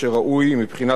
מבחינת האינטרס הציבורי,